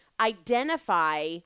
Identify